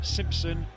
Simpson